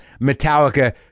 Metallica